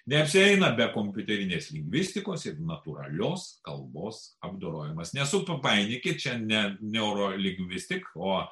neapsieina be kompiuterinės lingvistikos ir natūralios kalbos apdorojimas nesupainiokit ne neurolingvistik o